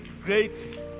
great